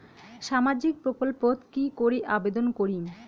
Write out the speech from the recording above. সামাজিক প্রকল্পত কি করি আবেদন করিম?